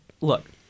look